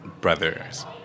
brothers